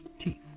teeth